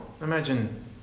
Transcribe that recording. imagine